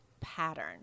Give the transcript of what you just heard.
pattern